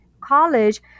college